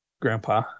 Grandpa